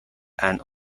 and